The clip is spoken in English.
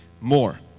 more